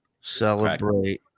celebrate